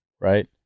Right